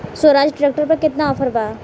Swaraj tractor पर केतना offer बा?